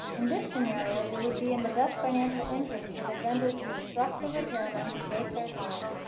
in this scenario, it would be in the best financial interest for the vendor to instruct the repairman to take their time,